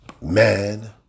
Man